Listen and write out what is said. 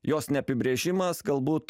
jos neapibrėžimas galbūt